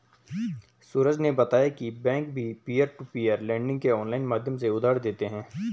सूरज ने बताया की बैंक भी पियर टू पियर लेडिंग के ऑनलाइन माध्यम से उधार देते हैं